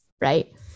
right